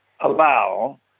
allow